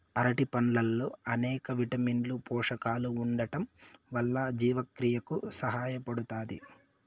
అరటి పండ్లల్లో అనేక విటమిన్లు, పోషకాలు ఉండటం వల్ల జీవక్రియకు సహాయపడుతాది